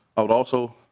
but also